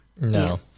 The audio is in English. No